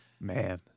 Man